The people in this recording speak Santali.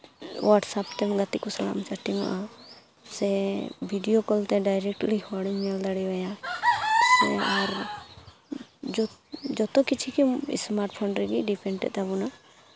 ᱦᱚᱣᱟᱴᱥᱮᱯ ᱛᱮ ᱜᱟᱛᱮ ᱠᱚ ᱥᱟᱞᱟᱜ ᱮᱢ ᱪᱮᱴᱤᱝᱼᱚᱜᱼᱟ ᱥᱮ ᱵᱷᱤᱰᱭᱳ ᱠᱚᱞᱛᱮ ᱰᱟᱭᱨᱮᱠᱴᱞᱤ ᱦᱚᱲᱮᱢ ᱧᱮᱞ ᱫᱟᱲᱮᱣᱟᱭᱟ ᱟᱨ ᱡᱚᱛᱚ ᱠᱤᱪᱷᱩ ᱜᱮ ᱥᱢᱟᱨᱴ ᱯᱷᱳᱱ ᱨᱮᱜᱮ ᱰᱤᱯᱮᱱᱰᱮᱜ ᱛᱟᱵᱚᱱᱟ